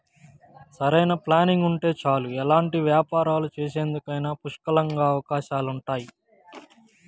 సరైన ప్లానింగ్ ఉంటే చాలు ఎలాంటి వ్యాపారాలు చేసేందుకైనా పుష్కలంగా అవకాశాలుంటాయి